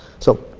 so,